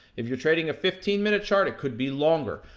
if you're trading a fifteen minute chart, it could be longer.